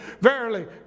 Verily